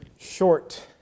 short